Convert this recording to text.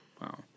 Wow